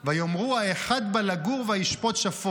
ויאמרו: "האחד בא לגור וישפט שפוט".